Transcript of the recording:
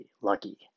lucky